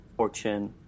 fortune